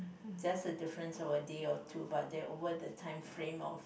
just a difference of a day or two but there over the time frame of